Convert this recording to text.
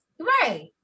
Right